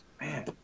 man